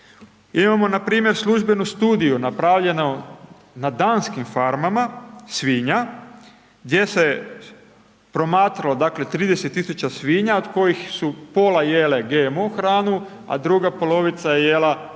Imamo npr. službenu studiju, napravljeno na danskim farmama svinja, gdje se promatralo dakle, 30 tisuća svinja, od kojih su pola jele GMO hranu, a druga polovica je jela